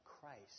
Christ